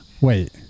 Wait